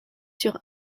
sur